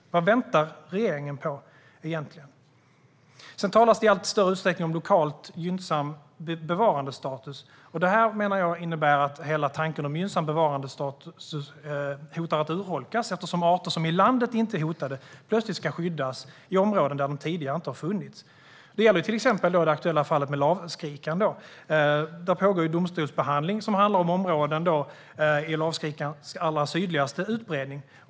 Vad väntar regeringen på egentligen? Det talas i allt större utsträckning om lokalt gynnsam bevarandestatus. Det här menar jag innebär att hela tanken om gynnsam bevarandestatus hotar att urholkas, eftersom arter som i landet inte är hotade plötsligt ska skyddas i områden där de tidigare inte har funnits. Det gäller till exempel det aktuella fallet med lavskrikan. Det pågår domstolsbehandling som handlar om lavskrikans allra sydligaste utbredningsområde.